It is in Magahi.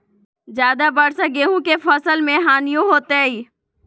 ज्यादा वर्षा गेंहू के फसल मे हानियों होतेई?